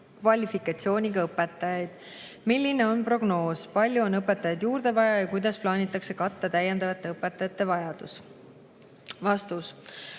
kvalifikatsiooniga õpetajaid. Milline on prognoos – palju on õpetajaid juurde vaja ja kuidas plaanitakse katta täiendavate õpetajate vajadus?" Vastus.